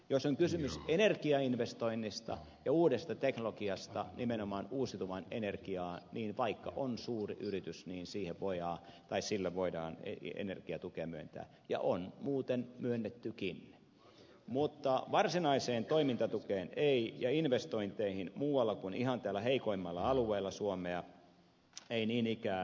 jos on kysymys energiainvestoinnista ja uudesta teknologiasta nimenomaan uusiutuvaan energiaan niin vaikka on suuri yritys sille voidaan energiatukea myöntää ja on muuten myönnettykin mutta varsinaiseen toimintatukeen ei ja investointeihin muualla kuin ihan täällä heikoimmalla alueella suomea ei niin ikään